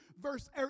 verse